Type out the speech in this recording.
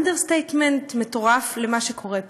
אנדרסטייטמנט מטורף למה שקורה פה.